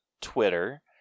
Twitter